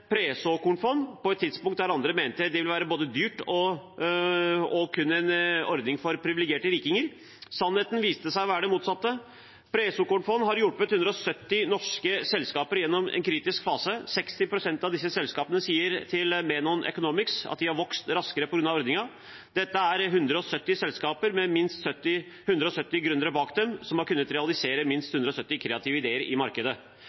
presåkornfond på et tidspunkt der andre mente det ville være både dyrt og kun en ordning for privilegerte rikinger. Sannheten viste seg å være det motsatte. Presåkornfond har hjulpet 170 norske selskaper gjennom en kritisk fase. 60 pst. av disse selskapene sier til Menon Economics at de har vokst raskere på grunn av ordningen. Dette er 170 selskaper med minst 170 gründere bak seg som har kunnet realisere minst 170 kreative ideer i markedet.